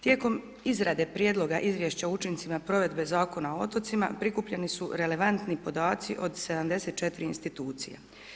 Tijekom izrade prijedlog Izvješća o učincima provedbe Zakona o otocima prikupljeni su relevantni podaci od 74 institucije.